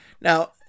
Now